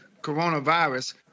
coronavirus